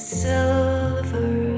silver